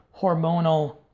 hormonal